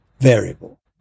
variable